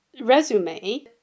resume